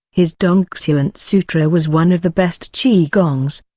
his dongxuan sutra was one of the best qi gongs.